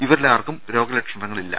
ഇവരിൽ ആർക്കും രോഗലക്ഷണങ്ങളില്ല